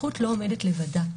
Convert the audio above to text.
הזכות לא עומדת לבדה.